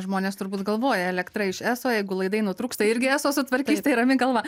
žmonės turbūt galvoja elektra iš eso jeigu laidai nutrūksta irgi eso sutvarkys tai rami galva